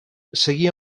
seguia